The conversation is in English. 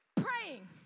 Praying